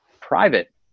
private